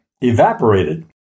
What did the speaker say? evaporated